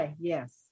Yes